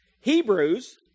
Hebrews